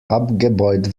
abgebaut